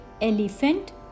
elephant